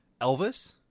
Elvis